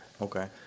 Okay